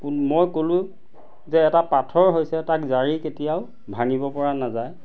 মই ক'লোঁ যে এটা পাথৰ হৈছে তাক জাৰি কেতিয়াও ভাঙিব পৰা নাযায়